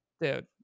Dude